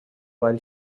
while